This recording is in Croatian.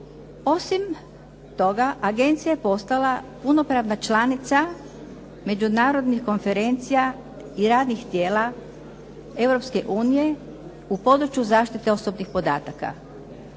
Osim toga, agencija je postala punopravna članica međunarodnih konferencija i radnih tijela Europske unije u području zaštite osobnih podataka.